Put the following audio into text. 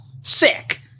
sick